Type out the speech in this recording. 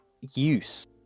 use